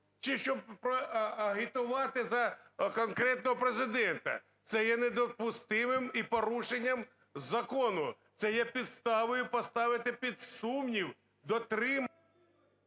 чи щоб агітувати за конкретного Президента? Це є недопустимим і порушенням закону, це є підставою поставити під сумнів дотримання…